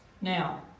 Now